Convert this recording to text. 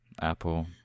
Apple